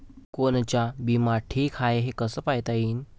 कोनचा बिमा ठीक हाय, हे कस पायता येईन?